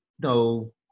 no